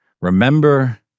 Remember